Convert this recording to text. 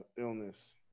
illness